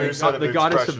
ah sort of the goddess